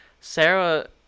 sarah